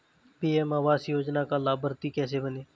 PM आवास योजना का लाभर्ती कैसे बनें?